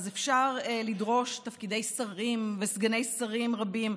אפשר לדרוש תפקידי שרים וסגני שרים רבים.